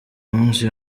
munsi